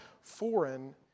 foreign